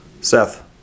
Seth